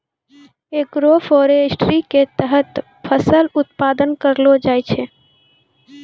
agroforestry के तहत फसल उत्पादन करलो जाय छै